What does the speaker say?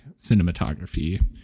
cinematography